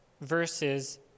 versus